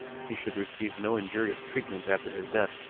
he should receive no injurious treatment after his death,